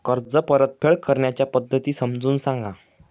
कर्ज परतफेड करण्याच्या पद्धती समजून सांगा